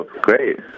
Great